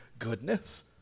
goodness